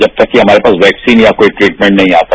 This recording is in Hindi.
जब तक कि हमारे पास वैक्सिन या कोई ट्रीटमेंट नहीं आता